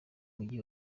mujyi